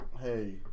Hey